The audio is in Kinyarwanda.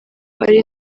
ari